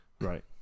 Right